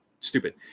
stupid